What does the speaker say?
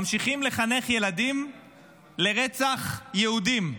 ממשיכים לחנך ילדים לרצח יהודים.